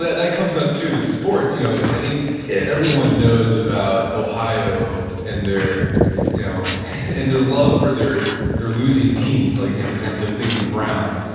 that comes up, too, the sports. you know i think yeah everyone knows about ohio and their you know and their love for their their losing teams, like you know for example, the cleveland browns.